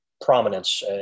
prominence